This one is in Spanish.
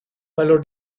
valor